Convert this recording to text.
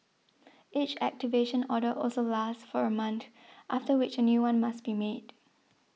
each activation order also lasts for a mount after which a new one must be made